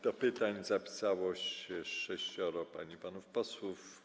Do pytań zapisało się sześcioro pań i panów posłów.